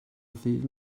ddydd